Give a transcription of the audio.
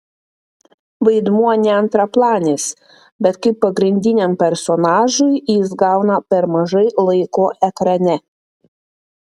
vaidmuo ne antraplanis bet kaip pagrindiniam personažui jis gauna per mažai laiko ekrane